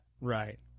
Right